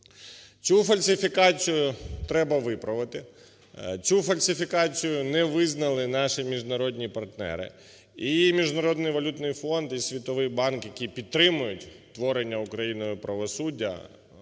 Цю фальсифікацію треба виправити. Цю фальсифікацію не визнали наші міжнародні партнери. І Міжнародний валютний фонд, і Світовий банк, які підтримують творення Україною правосуддя,